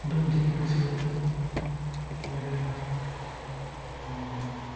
दौदिनि मोसानाय आरो